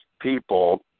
people